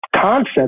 concept